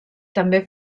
també